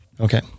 Okay